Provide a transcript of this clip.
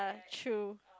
true